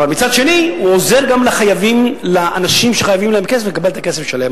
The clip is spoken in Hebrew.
אבל מצד שני הוא עוזר גם לאנשים שחייבים להם כסף לקבל את הכסף שלהם,